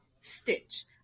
stitch